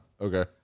Okay